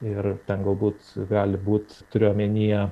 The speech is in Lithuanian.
ir ten galbūt gali būt turiu omenyje